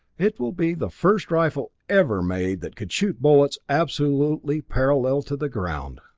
it will be the first rifle ever made that could shoot bullets absolutely parallel to the ground.